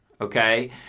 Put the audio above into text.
Okay